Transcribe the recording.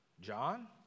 John